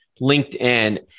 LinkedIn